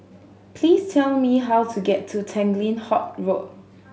please tell me how to get to Tanglin Halt Road